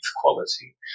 quality